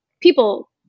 people